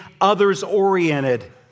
others-oriented